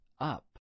up